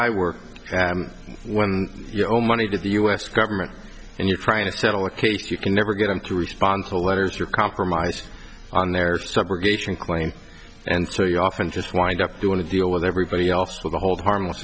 i work when you know money to the u s government and you're trying to settle a case you can never get them to respond to letters or compromise on their subrogation claim and so you often just wind up doing a deal with everybody else with a hold harmless